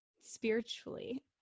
spiritually